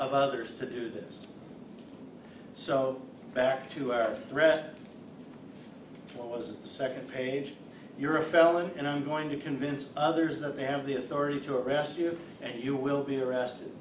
of others to do this so back to our threat clause of the second page you're a felon and i'm going to convince others that they have the authority to arrest you and you will be arrested